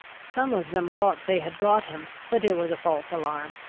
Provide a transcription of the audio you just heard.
some of them thought they had got him, but it was a false alarm.